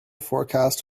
forecast